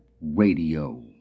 Radio